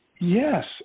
yes